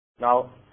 Now